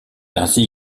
ainsi